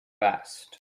vest